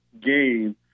game